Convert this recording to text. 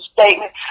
statement